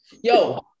yo